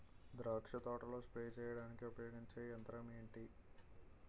ద్రాక్ష తోటలో స్ప్రే చేయడానికి ఉపయోగించే యంత్రం ఎంటి?